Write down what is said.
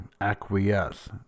acquiesce